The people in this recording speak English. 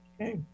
Okay